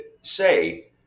say